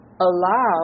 allow